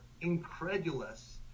incredulous